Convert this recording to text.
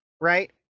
Right